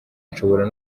nshobora